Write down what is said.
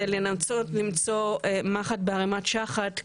זה לנסות למצוא מחט בערימת שחת,